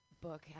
book